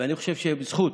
אני חושב שזה בזכות